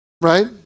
right